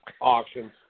Auctions